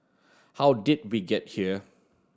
how did we get here